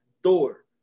Thor